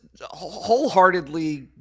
wholeheartedly